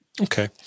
Okay